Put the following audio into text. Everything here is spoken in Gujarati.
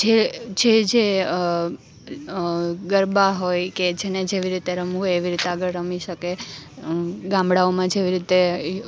જે જે જે ગરબા હોય કે જેને જેવી રીતે રમવું હોય એવી રીતે આગળ રમી શકે ગામડાઓમાં જેવી રીતે